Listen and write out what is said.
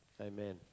Amen